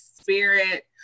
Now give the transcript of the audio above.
spirit